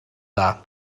dda